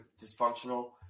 dysfunctional